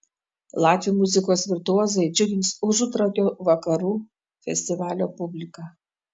latvių muzikos virtuozai džiugins užutrakio vakarų festivalio publiką